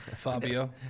Fabio